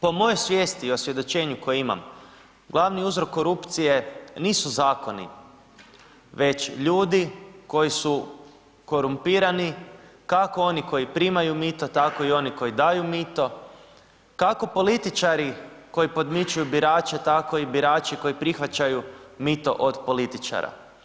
Po mojoj svijesti i osvjedočenju koje imam, glavni uzrok korupcije nisu zakoni, već ljudi koji su korumpirani, kako oni koji primaju mito, tako i oni koji daju mito, kako političari koji podmićuju birače, tako i birači koji prihvaćaju mito od političari.